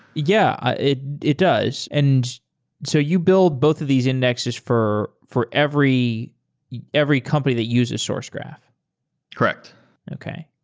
yeah, it it does. and so you build both of these indexes for for every every company that uses sourcegraph correct okay.